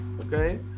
Okay